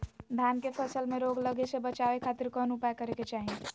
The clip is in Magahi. धान के फसल में रोग लगे से बचावे खातिर कौन उपाय करे के चाही?